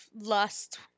lust